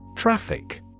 Traffic